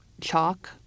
chalk